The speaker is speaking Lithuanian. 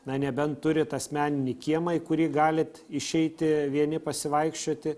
na nebent turit asmeninį kiemą į kurį galit išeiti vieni pasivaikščioti